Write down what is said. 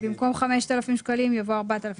במקום "5,000 שקלים" יבוא "4,000 שקלים".